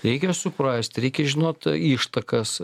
reikia suprasti reikia žinot ištakas